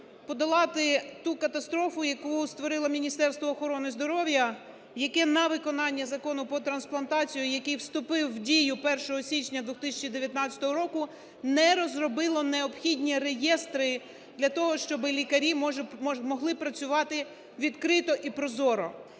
подолати ту катастрофу, яку створило Міністерство охорони здоров'я, яке на виконання Закону про трансплантацію, який вступив в дію 1 січня 2019 року, не розробило необхідні реєстри для того, щоби лікарі могли працювати відкрито і прозоро.